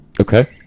Okay